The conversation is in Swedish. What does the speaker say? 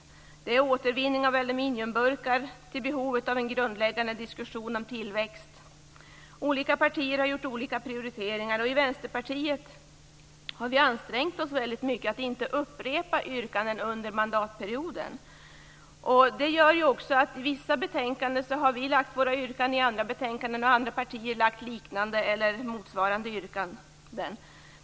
De gäller alltifrån återvinningen av aluminiumburkar till behovet av en grundläggande diskussion om tillväxt. Olika partier har gjort olika prioriteringar, och i Vänsterpartiet har vi ansträngt oss att inte upprepa yrkanden under mandatperioden. Det gör att vi har våra yrkanden i vissa betänkanden, och i andra betänkanden har andra partier lagt fram liknande eller motsvarande yrkanden.